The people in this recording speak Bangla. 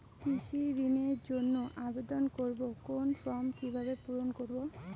কৃষি ঋণের জন্য আবেদন করব কোন ফর্ম কিভাবে পূরণ করব?